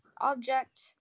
object